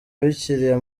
bikira